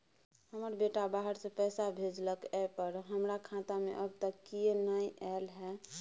हमर बेटा बाहर से पैसा भेजलक एय पर हमरा खाता में अब तक किये नाय ऐल है?